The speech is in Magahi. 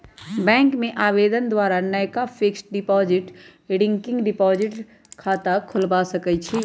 बैंक में आवेदन द्वारा नयका फिक्स्ड डिपॉजिट, रिकरिंग डिपॉजिट खता खोलबा सकइ छी